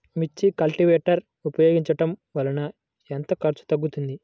మిర్చి కల్టీవేటర్ ఉపయోగించటం వలన ఎంత ఖర్చు తగ్గుతుంది?